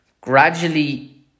gradually